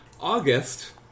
August